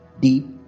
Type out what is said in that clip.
deep